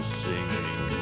singing